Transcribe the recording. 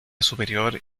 superior